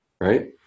Right